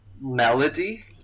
melody